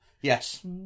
Yes